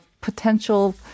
potential